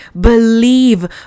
believe